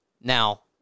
Now